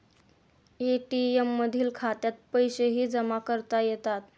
ATM मधील खात्यात पैसेही जमा करता येतात